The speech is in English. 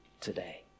today